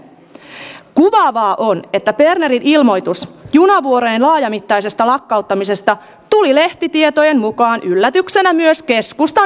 kuvaavaa on että bernerin ilmoitus junavuorojen laajamittaisesta lakkauttamisesta tuli lehtitietojen mukaan yllätyksenä myös keskustan eduskuntaryhmälle